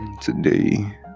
Today